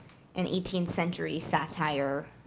an eighteenth century satire